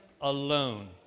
alone